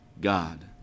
God